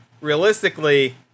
realistically